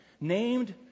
named